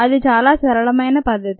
అది చాలా సరళమైన పద్ధతి